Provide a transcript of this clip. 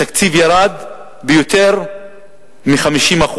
התקציב ירד ביותר מ-50%.